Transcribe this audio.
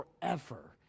forever